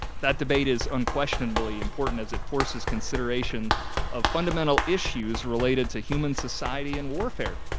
that debate is unquestionably important as it forces consideration of fundamental issues related to humane society and warfare.